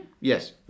Yes